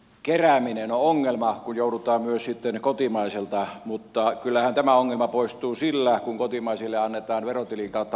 kerääminen ongelma kun joudutaan myös sitten kotimaiselta mutta kyllähän tämä ongelma poistuu sillä kun kotimaisille annetaan verotilin kautta